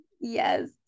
yes